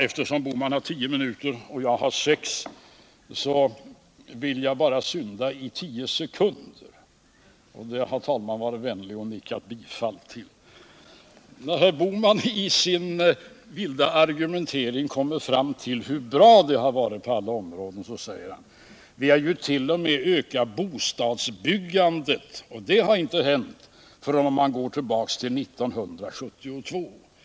Eftersom Gösta Bohman har tio minuter på sig och jag bara sex vill jag synda i ytterligare tio sekunder — och det har talmannen varit vänlig nog att nicka bifall till. När herr Bohman i sin vilda argumentering kommer fram till hur bra det varit på alla områden säger han: Vi har ju t.o.m. ökat bostadsbyggandet, och det får vi gå tillbaka till 1973 för att få exempel på.